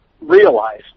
realize